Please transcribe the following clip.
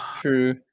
True